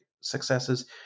successes